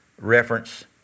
reference